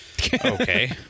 Okay